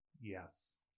yes